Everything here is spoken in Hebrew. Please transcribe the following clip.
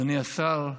אדוני השר,